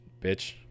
bitch